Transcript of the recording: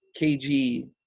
KG